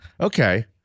okay